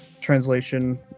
translation